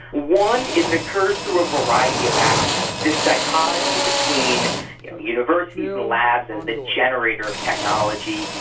one is it occurs through a variety of actors. this dichotomy between yeah universities and labs as the generator of technology,